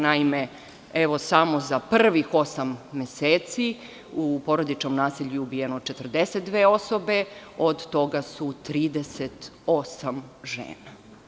Naime, evo samo za prvih osam meseci u porodičnom nasilju je ubijeno 42 osobe, od toga su 38 žena.